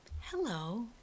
hello